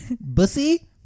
Bussy